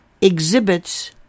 exhibits